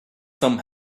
some